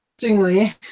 interestingly